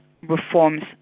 reforms